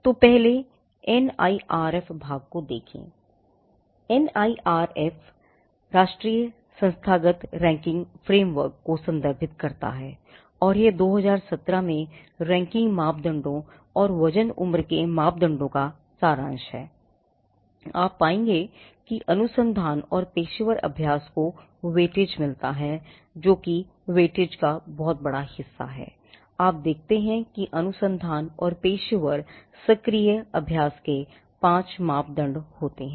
तो पहले एनआईआरएफ का एक बड़ा हिस्सा है यदि आप देखते हैं अनुसंधान और पेशेवर सक्रिय अभ्यास के लिए पांच मापदंड होते हैं